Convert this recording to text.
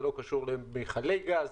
וזה לא קשור למכלי גז,